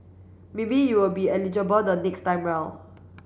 maybe you will be eligible the next time round